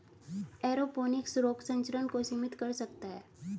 aeroponics रोग संचरण को सीमित कर सकता है